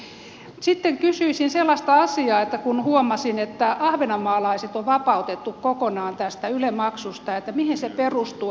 mutta sitten kysyisin sellaista asiaa että kun huomasin että ahvenanmaalaiset on vapautettu kokonaan tästä yle maksusta niin mihin se perustuu